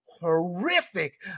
horrific